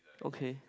okay